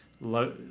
Low